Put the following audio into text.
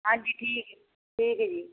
ਹਾਂਜੀ ਠੀਕ ਹੈ ਜੀ